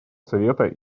совета